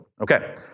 Okay